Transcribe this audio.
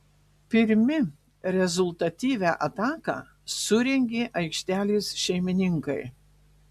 pirmi rezultatyvią ataką surengė aikštės šeimininkai